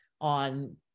on